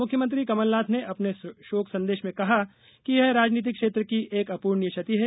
मुख्यमंत्री कमलनाथ ने अपने शोक संदेश में कहा कि यह राजनीतिक क्षेत्र की एक अपूर्णिय क्षति है